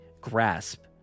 grasp